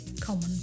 common